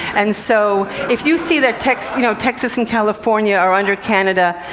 and so, if you see that texas you know, texas and california are under canada,